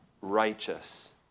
righteous